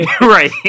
right